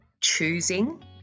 choosing